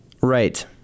Right